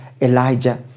Elijah